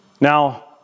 Now